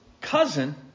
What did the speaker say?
cousin